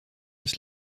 ist